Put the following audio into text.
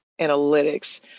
analytics